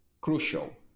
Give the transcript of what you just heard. crucial